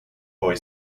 boy